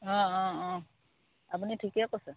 অঁ অঁ অঁ আপুনি ঠিকে কৈছে